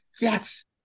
yes